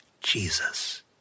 Jesus